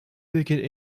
weken